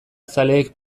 zaleek